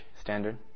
standard